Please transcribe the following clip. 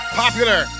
popular